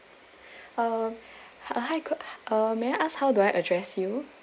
um hi um may I ask how do I address you